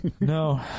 no